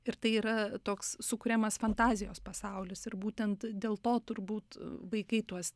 ir tai yra toks sukuriamas fantazijos pasaulis ir būtent dėl to turbūt vaikai tuos